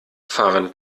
fahren